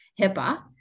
HIPAA